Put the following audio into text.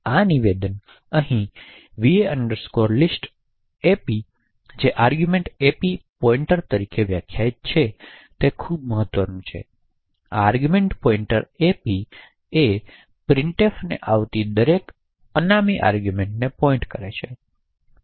આ નિવેદન અહીં va list ap જે આર્ગૂમેંટ ap પોઇન્ટર તરીકે વ્યાખ્યાયિત છે તે ખૂબ મહત્વનું છે આ આર્ગૂમેંટ પોઇન્ટર ap એ printf ને આવતી દરેક અનામી આર્ગૂમેંટ ને પોઇન્ટ કરે છે